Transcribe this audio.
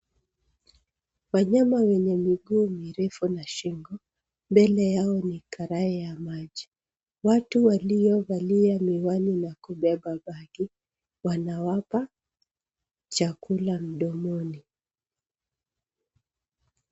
Wanyama wenye miguu mirefu na shingo. Mbele yao ni karai ya maji. Watu waliovalia miwani na kubeba begi, wanawapa chakula mdomoni.